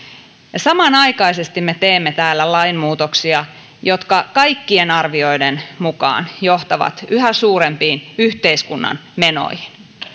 niin samanaikaisesti me teemme täällä lainmuutoksia jotka kaikkien arvioiden mukaan johtavat yhä suurempiin yhteiskunnan menoihin